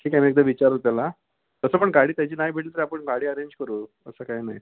ठीक आहे मी एकदा विचारतो त्याला तसं पण गाडी त्याची नाही भेटली तर आपण गाडी ॲरेंज करू तसं काही नाही